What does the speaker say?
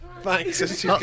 Thanks